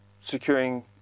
securing